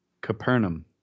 Capernaum